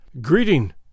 Greeting